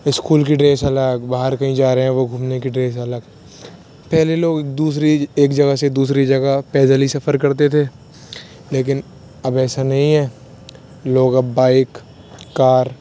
school کی dress الگ باہر کہیں جا رہے ہوں وہ گھومنے کی ڈریس الگ پہلے لوگ دوسری ایک جگہ سے دوسری جگہ پیدل ہی سفر کرتے تھے لیکن اب ایسا نہیں ہے لوگ اب بائیک کار